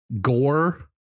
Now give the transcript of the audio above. gore